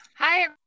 Hi